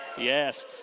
Yes